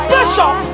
Bishop